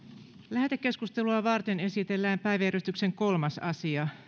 lähetekeskustelua varten esitellään päiväjärjestyksen kolmas asia